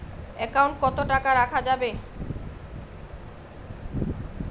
Account কত টাকা রাখা যাবে?